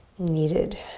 needed.